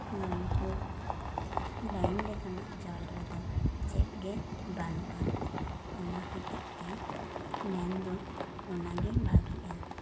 ᱱᱚᱞᱠᱩᱯ ᱞᱟᱭᱤᱱ ᱞᱮᱠᱟᱱᱟᱜ ᱡᱚᱞ ᱨᱮᱫᱚ ᱪᱮᱫ ᱜᱮ ᱵᱟᱱᱩᱜᱼᱟ ᱚᱱᱟ ᱦᱚᱛᱮᱡ ᱛᱮ ᱢᱮᱱᱫᱚ ᱚᱱᱟᱜᱮ ᱵᱷᱟᱜᱤᱜᱼᱟ